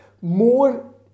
more